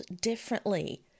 differently